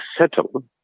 settle